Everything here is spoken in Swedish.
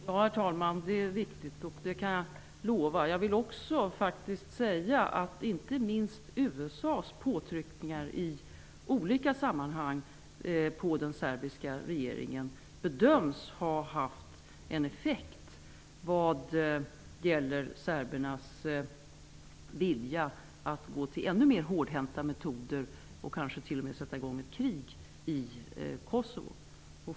Herr talman! Det är viktigt, och det kan jag lova. Jag vill också säga att inte minst USA:s påtryckningar på den serbiska regeringen i olika sammanhang bedöms ha haft en effekt vad gäller serbernas vilja att använda ännu mer hårdhänta metoder och kanske t.o.m. sätta i gång ett krig i Kosovo.